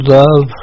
love